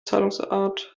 zahlungsart